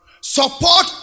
support